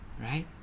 right